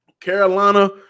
Carolina